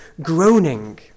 groaning